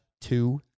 two